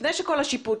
לפני כל השיפוט,